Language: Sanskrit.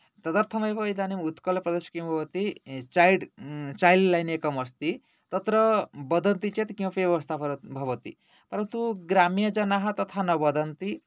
तदर्थमेव इदानीम् उत्कलप्रदेशे किं भवति चैड् चैल्ड् लैन् एकमस्ति तत्र वदन्ति चेत् किमपि व्यवस्था प्रभवति परन्तु ग्रामीयजनाः तथा न वदन्ति